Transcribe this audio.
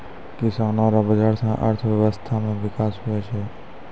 किसानो रो बाजार से अर्थव्यबस्था मे बिकास हुवै छै